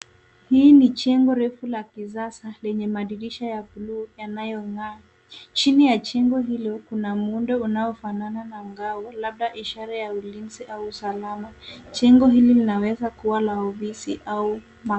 Hii ni jengo refu la kisasa lenye madirisha ya buluu yanayong'aa. Chini ya jengo hilo kuna muundo unaofanana na ngao labda ishara ya ulinzi au usalama. Jengo hili linaweza kuwa la ofisi au maktaba.